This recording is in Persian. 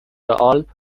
آلپ